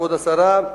כבוד השרה,